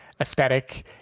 aesthetic